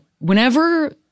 Whenever